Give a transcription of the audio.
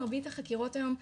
מרבית החקירות היום,